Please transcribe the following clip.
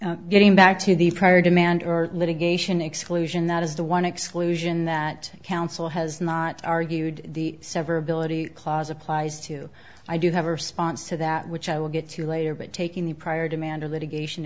well getting back to the prior demand or litigation exclusion that is the one exclusion that council has not argued the severability clause applies to i do have a response to that which i will get to later but taking the prior demander litigation